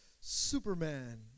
Superman